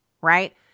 Right